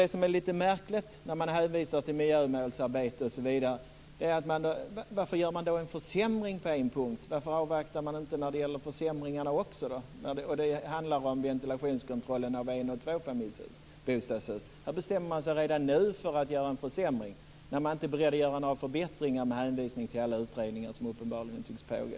Det som är lite märkligt när man hänvisar till miljömålsarbete osv. är att man gör en försämring på en punkt. Varför avvaktar man inte också när det gäller försämringarna när det handlar om ventilationskontroll av en och tvåfamiljshus? Här bestämmer man sig redan nu för att göra en försämring och är inte beredd att göra några förbättringar med hänvisning till alla utredningar som uppenbarligen tycks pågå.